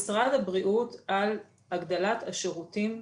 משרד הבריאות על הגדלת השירותים.